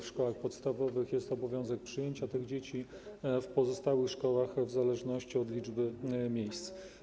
W szkołach podstawowych jest obowiązek przyjęcia tych dzieci, w pozostałych szkołach - w zależności od liczby miejsc.